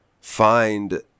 find